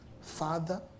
father